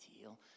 deal